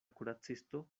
kuracisto